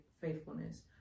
faithfulness